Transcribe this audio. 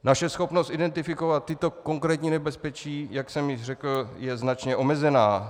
Naše schopnost identifikovat tato konkrétní nebezpečí, jak jsem již řekl, je značně omezená.